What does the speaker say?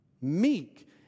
Meek